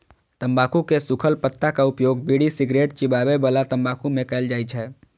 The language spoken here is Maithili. तंबाकू के सूखल पत्ताक उपयोग बीड़ी, सिगरेट, चिबाबै बला तंबाकू मे कैल जाइ छै